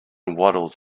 waddles